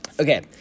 Okay